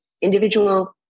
individual